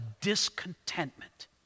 discontentment